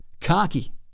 Cocky